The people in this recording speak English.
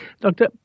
Doctor